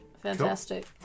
Fantastic